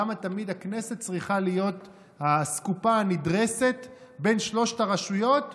למה תמיד הכנסת צריכה להיות האסקופה הנדרסת בין שלוש הרשויות,